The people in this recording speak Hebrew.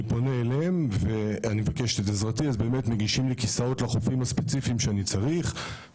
פונה אליהם ובאמת מגישים לי כיסאות לחופים הספציפיים שאני צריך,